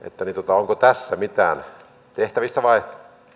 onko tässä mitään tehtävissä vai